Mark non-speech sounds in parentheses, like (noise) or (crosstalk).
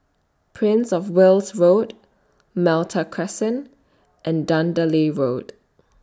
Prince of Wales Road Malta Crescent and (unintelligible) Road